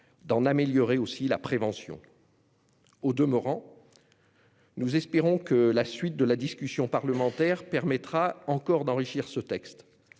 d'en améliorer aussi la prévention. Nous espérons que la suite de la discussion parlementaire permettra encore d'enrichir ce texte.